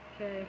Okay